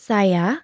Saya